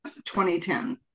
2010